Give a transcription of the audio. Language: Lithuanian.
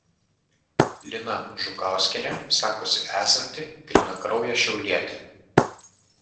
lina žukauskienė sakosi esanti grynakraujė šiaulietė